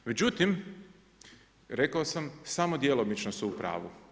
Međutim rekao sam samo djelomično su u pravu.